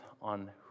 on